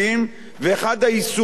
ואחד היישומים שלה